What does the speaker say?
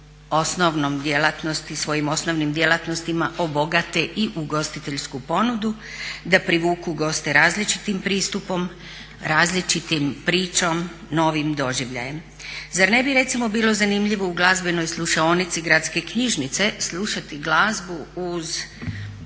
osnovnom djelatnosti, svojim osnovnim djelatnostima obogate i ugostiteljsku ponudu, da privuku goste različitim pristupom, različitom pričom, novim doživljajem. Zar ne bi recimo bilo zanimljivo u glazbenoj slušaonici Gradske knjižnice slušati glazbu uz